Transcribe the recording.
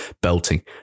belting